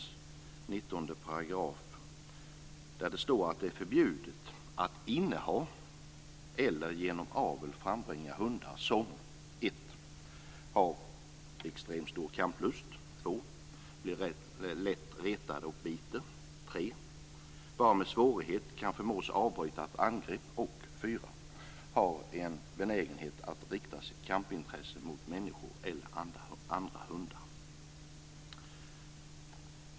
Där står det i 19 § att det är förbjudet att inneha eller genom avel frambringa hundar som 1. har extremt stor kamplust, 2. lätt blir retade och biter, 3. bara med svårighet kan förmås avbryta ett angrepp, 4. har en benägenhet att rikta sitt kampintresse mot människor eller andra hundar.